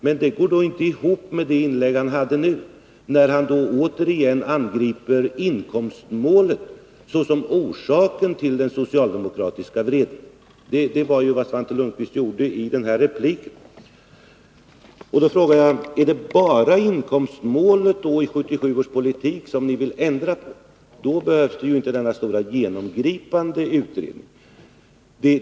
Men det går inte ihop med det inlägg han gjorde nu, där han återigen angriper inkomstmålet såsom orsaken till den socialdemokratiska vreden. Det var vad Svante Lundkvist gjorde i denna replik. Då frågar jag: Är det bara inkomstmålet och 1977 års politik som ni vill ändra på? I så fall behövs inte denna stora, genomgripande utredning.